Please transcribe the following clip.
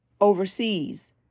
overseas